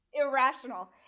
irrational